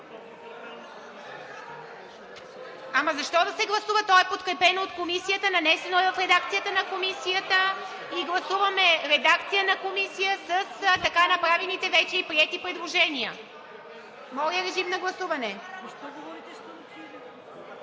Ама защо да се гласува, то е подкрепено от Комисията, нанесено е в редакцията на Комисията и гласуваме редакция на Комисията с така направените вече и приети предложения. (Шум и реплики.) Сега гласуваме